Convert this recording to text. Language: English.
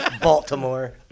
Baltimore